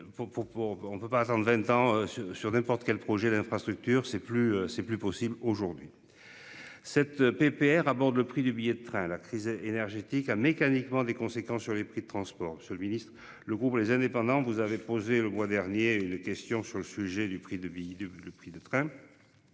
On ne peut pas attendre 20 ans, ce sur n'importe quel projet d'infrastructure c'est plus c'est plus possible aujourd'hui. Cette PPR aborde le prix du billet de train à la crise énergétique a mécaniquement des conséquences sur les prix de transport, Monsieur le Ministre, le groupe les indépendants. Vous avez posé le mois dernier les questions sur le sujet du prix de vie,